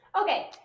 Okay